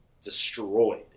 destroyed